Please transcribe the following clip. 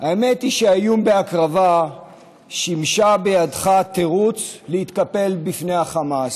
האמת היא שהאיום בהקרבה שימש בידך תירוץ להתקפל בפני החמאס.